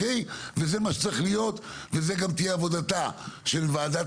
וזה מה שצריך להיות וזו גם תהיה עבודתה של וועדת